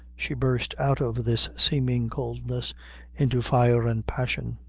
she burst out of this seeming coldness into fire and passion.